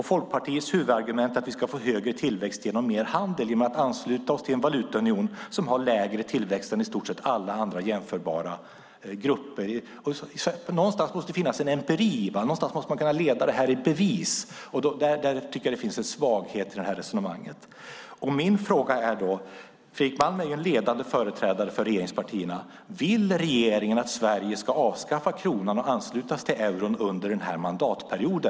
Folkpartiets huvudargument är alltså att vi ska få högre tillväxt och mer handel genom att ansluta oss till en valutaunion som har lägre tillväxt än i stort sett alla andra jämförbara grupper. Någonstans måste det finnas en empiri, och man måste kunna leda detta i bevis. Där tycker jag att det finns en svaghet i resonemanget. Fredrik Malm är en ledande företrädare för regeringspartierna. Min fråga är: Vill regeringen att Sverige ska avskaffa kronan och ansluta sig till euron under denna mandatperiod?